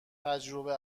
تجربه